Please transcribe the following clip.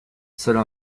seuls